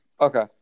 Okay